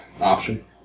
option